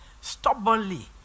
Stubbornly